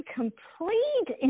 complete